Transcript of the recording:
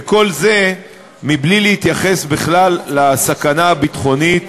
וכל זה בלי להתייחס בכלל לסכנה הביטחונית